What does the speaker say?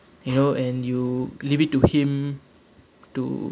you know and you leave it to him to